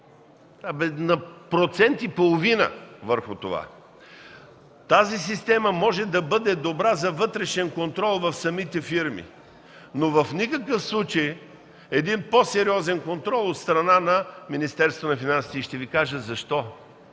повлияе на процент и половина върху това. Тази система може да бъде добра за вътрешен контрол в самите фирми, но в никакъв случай – по-сериозен контрол от страна на Министерството на